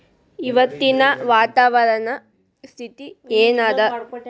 ಇವತ್ತಿನ ವಾತಾವರಣ ಸ್ಥಿತಿ ಏನ್ ಅದ?